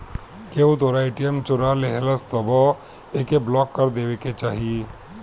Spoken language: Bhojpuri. केहू तोहरा ए.टी.एम चोरा लेहलस तबो एके ब्लाक कर देवे के चाही